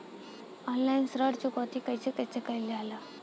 Online ऋण चुकौती कइसे कइसे कइल जाला?